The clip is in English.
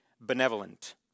benevolent